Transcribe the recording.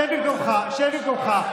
שב במקומך, שב במקומך.